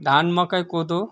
धान मकै कोदो